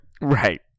Right